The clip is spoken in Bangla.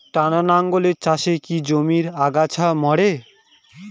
টানা লাঙ্গলের চাষে কি জমির আগাছা মরে?